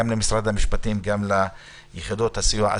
גם למשרד המשפטים וגם ליחידות הסיוע.